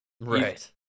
Right